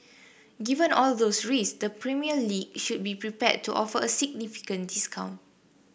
given all those risks the Premier League should be prepared to offer a significant discount